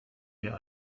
mir